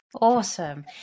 Awesome